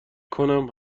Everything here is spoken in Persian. کنم